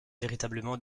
véritablement